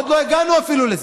עוד לא הגענו אפילו לזה.